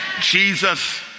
Jesus